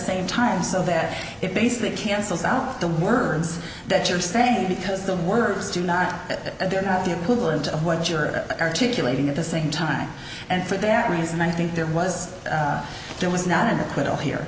save time so that it basically cancels out the words that you're saying because the words do not they're not the equivalent of what you're articulating at the same time and for that reason i think there was there was not an acquittal here